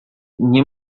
nie